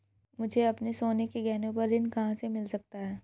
मुझे अपने सोने के गहनों पर ऋण कहां से मिल सकता है?